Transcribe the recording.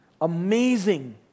amazing